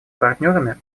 партнерами